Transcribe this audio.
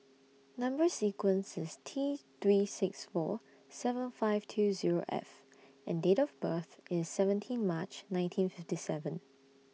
Number sequence IS T three six four seven five two Zero F and Date of birth IS seventeen March nineteen fifty seven